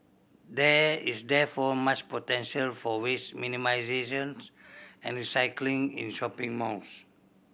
there is therefore much potential for waste minimisation and recycling in shopping malls